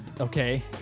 Okay